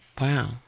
Wow